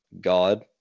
God